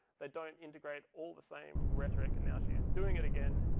they don't integrate all the same rhetoric. and now, she's doing it again.